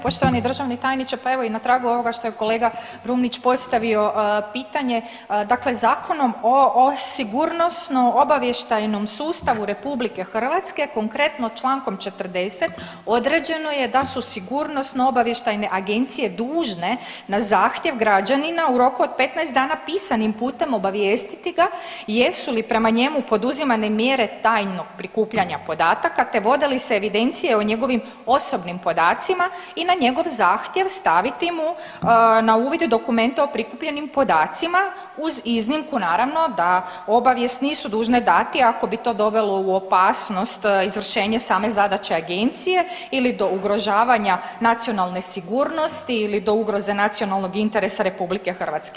Poštovani državni tajniče, pa evo i na tragu ovoga što je kolega Brumnić postavio pitanje dakle Zakonom o sigurnosno obavještajnom sustavu RH konkretno Člankom 40. određeno je da su sigurnosno obavještajne agencije dužne na zahtjev građanina u roku od 15 dana pisanim putem obavijestiti ga jesu li prema njemu poduzimane mjere tajnog prikupljanja podataka te vode li se evidencije o njegovim podacima i na njegov zahtjev staviti mu na uvid dokumente o prikupljenim podacima uz iznimnu naravno da obavijest nisu dužne dati ako bi to dovelo u opasnost izvršenje same zadaće agencije ili do ugrožavanja nacionalne sigurnosti ili do ugroze nacionalnog interesa RH.